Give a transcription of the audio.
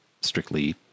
strictly